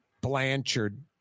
Blanchard